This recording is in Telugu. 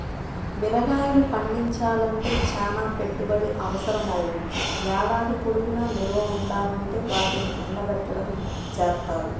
మిరగాయలు పండించాలంటే చానా పెట్టుబడి అవసరమవ్వుద్ది, ఏడాది పొడుగునా నిల్వ ఉండాలంటే వాటిని ఎండబెట్టడం జేత్తారు